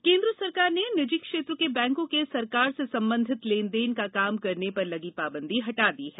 bank लेनदेन केन्द्र सरकार ने निजी क्षेत्र के बैंकों के सरकार से संबंधित लेन देन का काम करने पर लगी पाबंदी हटा ली है